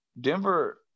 Denver